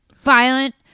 Violent